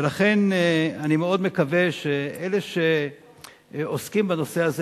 ולכן אני מאוד מקווה שאלה שעוסקים בנושא הזה